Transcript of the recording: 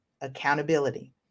accountability